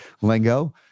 lingo